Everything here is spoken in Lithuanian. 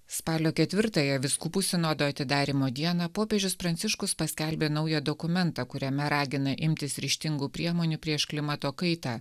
spalio ketvirtąją vyskupų sinodo atidarymo dieną popiežius pranciškus paskelbė naują dokumentą kuriame ragina imtis ryžtingų priemonių prieš klimato kaitą